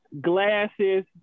glasses